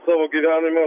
savo gyvenimo